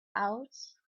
out